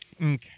Okay